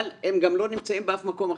אבל הם גם לא נמצאים באף מקום אחר.